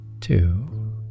two